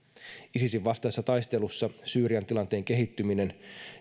isisin vastaisessa taistelussa syyrian tilanteen kehittyminen